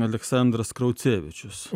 aleksandras kraucevičius